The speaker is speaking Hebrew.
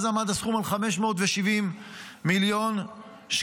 אז עמד הסכום על 570 מיליון שקלים.